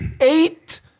Eight